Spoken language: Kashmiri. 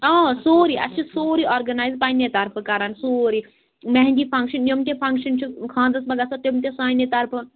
آ سورُے اَسہِ چھِ سورُے آرگَنایِز پَنٕنہِ طرفہٕ کَران سورُے مہنٛدِی فنٛکشَن یِم تہِ فَنٛکشَن چھِ خانٛدرَس منٛز گژھان تِم تہِ سانے طرفہٕ